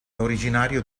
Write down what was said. originario